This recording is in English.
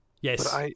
Yes